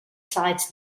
sides